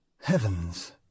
Heavens